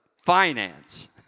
finance